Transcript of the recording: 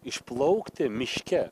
išplaukti miške